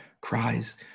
cries